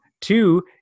two